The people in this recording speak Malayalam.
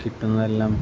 കിട്ടുന്നത് എല്ലാം